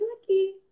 Lucky